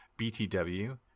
BTW